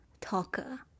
talker